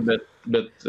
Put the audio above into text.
bet bet